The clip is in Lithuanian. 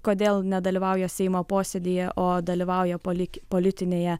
kodėl nedalyvauja seimo posėdyje o dalyvauja palik politinėje